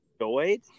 enjoyed